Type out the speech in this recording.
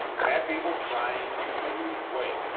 fat people trying to lose weight,